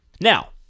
Now